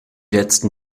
letzten